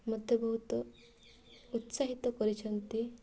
ମୋତେ ବହୁତ ଉତ୍ସାହିତ କରିଛନ୍ତି